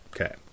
Okay